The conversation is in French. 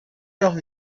leur